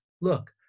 Look